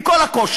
עם כל הקושי,